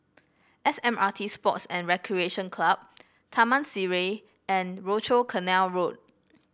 S M R T Sports and Recreation Club Taman Sireh and Rochor Canal Road